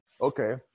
Okay